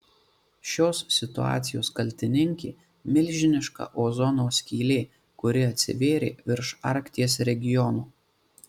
šios situacijos kaltininkė milžiniška ozono skylė kuri atsivėrė virš arkties regiono